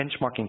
benchmarking